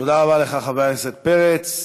תודה רבה לך, חבר הכנסת פרץ.